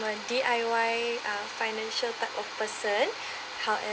on D_I_Y uh financial type of person however